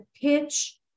pitch